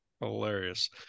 Hilarious